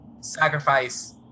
sacrifice